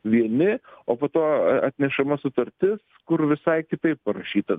vieni o po to atnešama sutartis kur visai kitaip parašyta